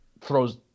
throws